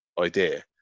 idea